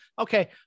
Okay